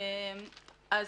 אז,